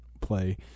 play